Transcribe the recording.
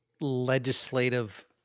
legislative